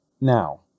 Now